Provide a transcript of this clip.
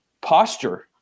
posture